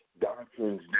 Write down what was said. doctrines